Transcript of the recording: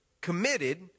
committed